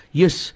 yes